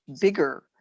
bigger